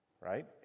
right